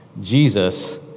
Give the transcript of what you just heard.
Jesus